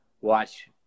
Watch